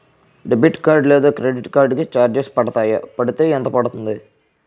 Debit card లేదా credit card కి charges పడతాయా? పడితే ఎంత పడుతుంది?